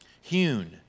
Hewn